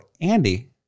Andy